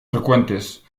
frecuentes